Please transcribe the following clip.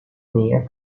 minha